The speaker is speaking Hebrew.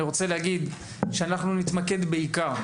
אנחנו נתמקד בעיקר,